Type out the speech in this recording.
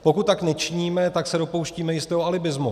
Pokud tak nečiníme, tak se dopouštíme jistého alibismu.